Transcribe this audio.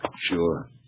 Sure